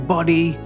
Body